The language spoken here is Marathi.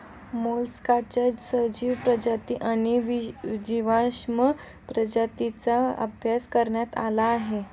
मोलस्काच्या सजीव प्रजाती आणि जीवाश्म प्रजातींचा अभ्यास करण्यात आला आहे